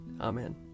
Amen